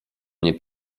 nie